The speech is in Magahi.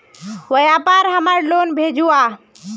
व्यापार हमार लोन भेजुआ?